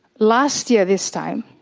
last year this time,